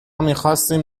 میخواستیم